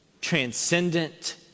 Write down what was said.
transcendent